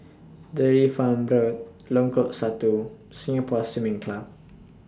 Dairy Farm Road Lengkok Satu Singapore Swimming Club